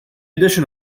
addition